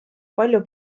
palju